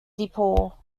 depaul